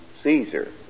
Caesar